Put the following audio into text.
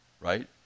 right